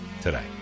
today